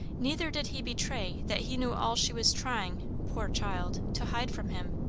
neither did he betray that he knew all she was trying, poor child, to hide from him.